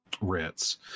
ritz